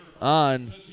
on